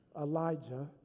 Elijah